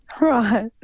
Right